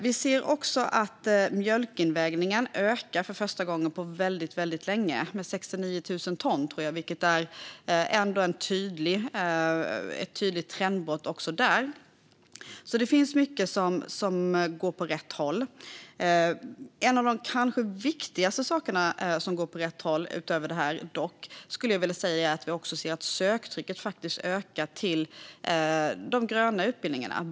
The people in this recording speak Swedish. Vi ser också att mjölkinvägningen ökar för första gången på väldigt länge. Den ökar med 69 000 ton, vilket också är ett tydligt trendbrott. Det finns alltså mycket som går åt rätt håll. Något av det viktigaste som går åt rätt håll, utöver det jag nämnt, är dock att söktrycket till de gröna utbildningarna ökar.